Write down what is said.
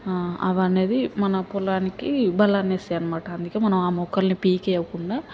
ఆ అవనేది మన పొలానికి బలాన్ని ఇస్తాయి అనమాట అందుకే మనం ఆ మొక్కల్ని పీకేయకుండా